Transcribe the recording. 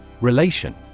Relation